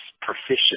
proficient